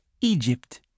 egypt